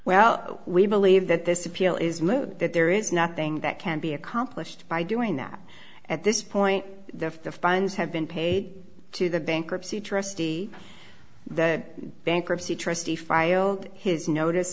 well we believe that this appeal is moot that there is nothing that can be accomplished by doing that at this point the funds have been paid to the bankruptcy trustee the bankruptcy trustee filed his notice